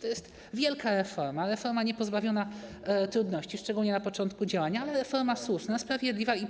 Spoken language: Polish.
To jest wielka reforma, reforma niepozbawiona trudności, szczególnie na początku działania, ale reforma słuszna, sprawiedliwa i